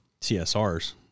CSRs